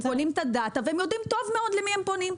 הם קונים את הדאטה והם יודעים טוב מאוד למי הם פונים,